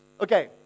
Okay